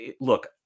Look